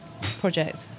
project